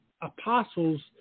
apostles